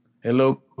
Hello